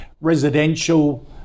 residential